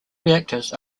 reactors